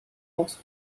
aus